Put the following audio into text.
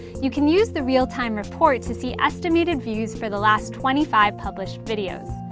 you can use the real-time report to see estimated views for the last twenty five published videos.